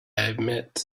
admit